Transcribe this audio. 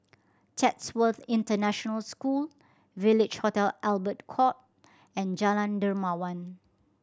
Chatsworth International School Village Hotel Albert Court and Jalan Dermawan